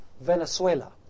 Venezuela